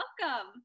welcome